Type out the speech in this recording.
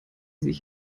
sich